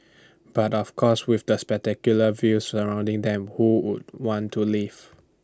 but of course with the spectacular views surrounding them who would want to leave